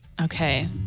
Okay